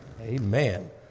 Amen